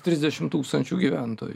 trsidešim tūkstančių gyventojų